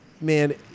man